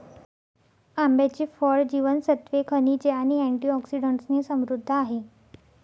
आंब्याचे फळ जीवनसत्त्वे, खनिजे आणि अँटिऑक्सिडंट्सने समृद्ध आहे